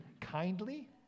kindly